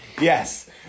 Yes